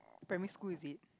primary school is it